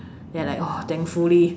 then I like thankfully